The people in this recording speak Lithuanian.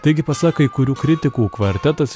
taigi pasak kai kurių kritikų kvartetas